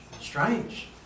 Strange